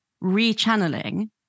re-channeling